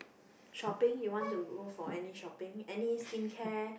shopping you want to go for any shopping any skin care